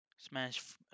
Smash